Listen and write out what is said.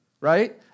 right